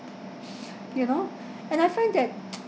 you know and I find that